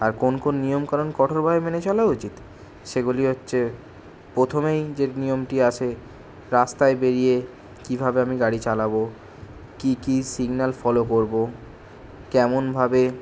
আর কোন কোন নিয়ম কানুন কঠোরভাবে মেনে চলা উচিত সেগুলি হচ্ছে প্রথমেই যে নিয়মটি আসে রাস্তায় বেরিয়ে কীভাবে আমি গাড়ি চালাব কী কী সিগনাল ফলো করব কেমনভাবে